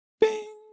bing